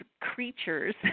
creatures